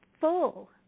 full